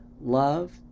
love